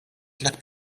tliet